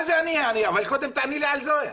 זה אני אבל קודם תעני לי על זה.